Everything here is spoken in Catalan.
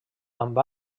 amb